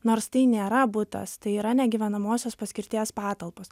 nors tai nėra butas tai yra negyvenamosios paskirties patalpos